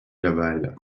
laval